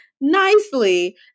nicely